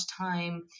time